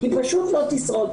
היא פשוט לא תשרוד.